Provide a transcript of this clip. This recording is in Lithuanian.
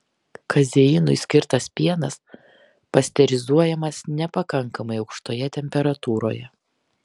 kazeinui skirtas pienas pasterizuojamas nepakankamai aukštoje temperatūroje